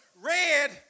Red